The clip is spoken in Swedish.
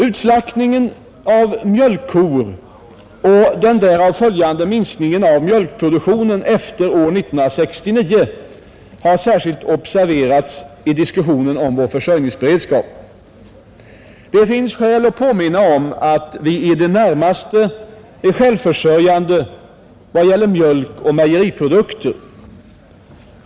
Utslaktningen av mjölkkor och den därav följande minskningen av mjölkproduktionen efter år 1969 har särskilt observerats i diskussionen om vår försörjningsberedskap. Det finns skäl att påminna om att vi är i det närmaste självförsörjande i vad gäller mjölk och mejeriprodukter.